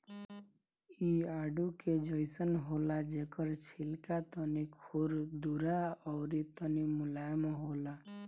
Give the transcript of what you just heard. इ आडू के जइसन होला जेकर छिलका तनी खुरदुरा अउरी तनी मुलायम होला